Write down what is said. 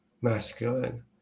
masculine